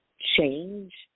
change